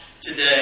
today